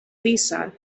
lisa